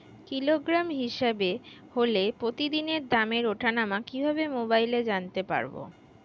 Kilogram হিসাবে হলে প্রতিদিনের দামের ওঠানামা কিভাবে মোবাইলে জানতে পারবো?